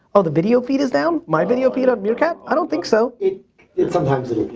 oh the video feed is down? my video feed on meerkat? i don't think so. it it sometimes it